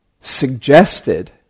suggested